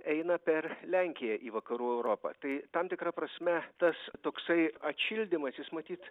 eina per lenkiją į vakarų europą tai tam tikra prasme tas toksai atšildymas jis matyt